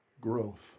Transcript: Growth